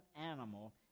animal